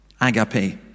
Agape